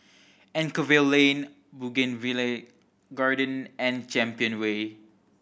Anchorvale Lane Bougainvillea Garden and Champion Way